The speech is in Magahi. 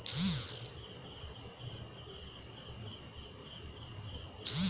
जलीय खेती में अनुवांशिक सुधार के लेल प्रोटॉपलस्ट फ्यूजन के इस्तेमाल होई छई